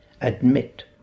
admit